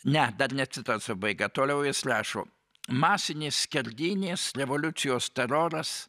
ne dar ne citatos pabaiga toliau jis rašo masinės skerdynės revoliucijos teroras